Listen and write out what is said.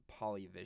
Polyvision